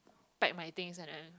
pack my things and then